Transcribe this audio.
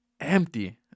empty